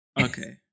Okay